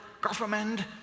government